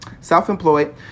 Self-employed